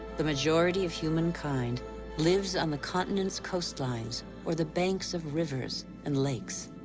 the majority of humankind lives on the continents' coastlines or the banks of rivers and lakes.